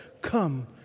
come